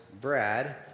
Brad